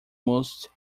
most